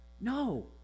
no